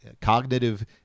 cognitive